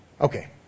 Okay